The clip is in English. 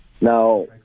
Now